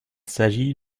s’agit